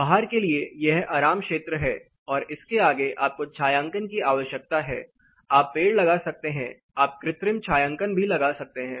बाहर के लिए यह आराम क्षेत्र है और इसके आगे आपको छायांकन की आवश्यकता है आप पेड़ लगा सकते हैं आप कृत्रिम छायांकन भी लगा सकते हैं